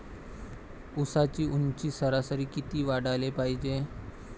ऊसाची ऊंची सरासरी किती वाढाले पायजे?